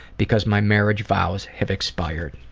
because my marriage vows have expired.